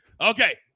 Okay